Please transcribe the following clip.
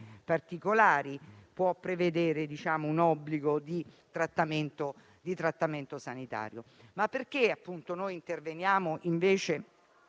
particolari può prevedere un obbligo di trattamento sanitario. Perché allora interveniamo